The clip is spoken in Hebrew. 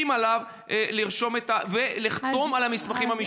עליו לרשום ולחתום על המסמכים המשפטיים?